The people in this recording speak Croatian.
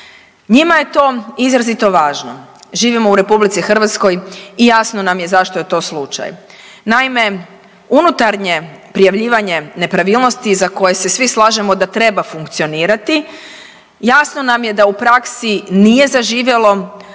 Njima je to izrazito važno. Živimo u RH i jasno nam je zašto je to slučaj. Naime, unutarnje prijavljivanje nepravilnosti za koje se svi slažemo da treba funkcionirati jasno nam je da u praksi nije zaživjelo,